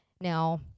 Now